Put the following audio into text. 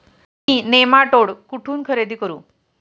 मी nematode कुठून खरेदी करू?